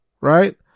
Right